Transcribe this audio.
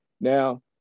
Now